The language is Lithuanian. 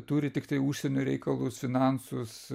turi tiktai užsienio reikalus finansus